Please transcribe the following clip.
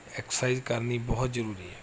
exercise ਕਰਨੀ ਬਹੁਤ ਜ਼ਰੂਰੀ ਹੈ